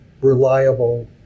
reliable